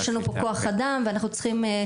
יש לנו פה כוח אדם ואנחנו צריכים,